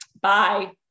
bye